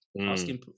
asking